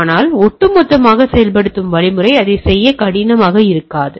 ஆனால் ஒட்டுமொத்தமாக செயல்படுத்தும் வழிமுறை அதை செய்ய கடினமாக இருக்காது